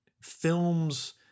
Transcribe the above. films